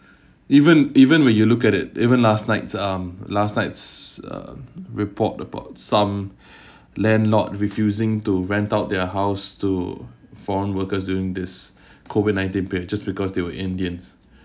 even even when you look at it even last night's um last night's uh report about some landlord refusing to rent out their house to foreign workers during this COVID nineteen period just because they were indians